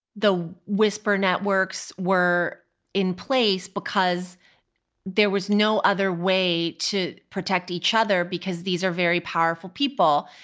the whisper networks were in place because there was no other way to protect each other because these are very powerful people.